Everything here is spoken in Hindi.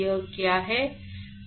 यह क्या है